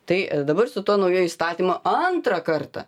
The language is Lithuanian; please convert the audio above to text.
tai dabar su tuo naujuoju įstatymu antrą kartą